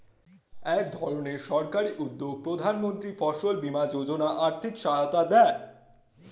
একধরনের সরকারি উদ্যোগ প্রধানমন্ত্রী ফসল বীমা যোজনা আর্থিক সহায়তা দেয়